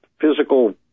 physical